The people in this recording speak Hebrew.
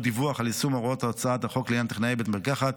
דיווח על יישום הוראות הצעת החוק לעניין טכנאי בית מרקחת,